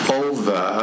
over